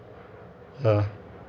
ya